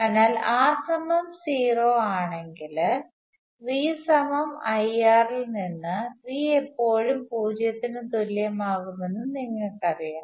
അതിനാൽ R0 ആണെങ്കിൽ V IR ൽ നിന്ന് V എല്ലായ്പ്പോഴും പൂജ്യത്തിന് തുല്യമാകുമെന്ന് നിങ്ങൾക്കറിയാം